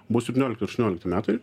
buvo septyniolikti ir aštuoniolikti metai